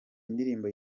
indirimbo